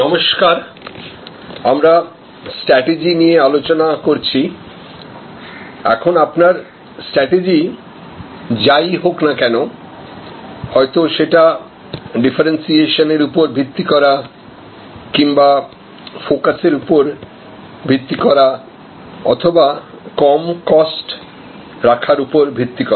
নমস্কার আমরা স্ট্র্যাটেজি নিয়ে আলোচনা করছি এখন আপনার স্ট্যাটিজি যাই হোক না কেন হয়তো সেটা ডিফারেন্সিয়েশন এর উপর ভিত্তি করা কিংবা ফোকাস এর উপর ভিত্তি করা অথবা কম কস্ট রাখার উপর ভিত্তি করা